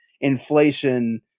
inflation